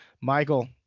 Michael